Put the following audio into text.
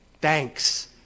Thanks